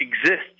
exists